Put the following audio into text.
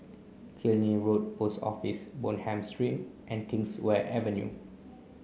Killiney Road Post Office Bonham Street and Kingswear Avenue